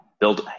build